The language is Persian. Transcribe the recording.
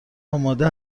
آماده